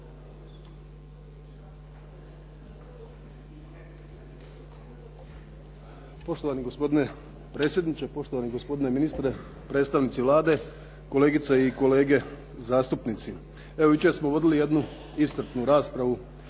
Poštovani gospodine predsjedniče, poštovani gospodine ministre, predstavnici Vlade, kolegice i kolege zastupnici. Evo jučer smo vodili jednu iscrpnu raspravu